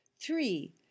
Three